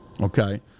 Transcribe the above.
Okay